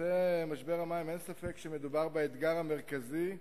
אין ספק שמדובר באתגר המרכזי,